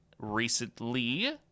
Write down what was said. recently